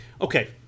Okay